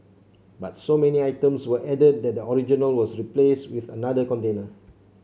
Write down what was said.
but so many items were added that the original was replaced with another container